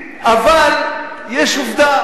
אבל יש עובדה.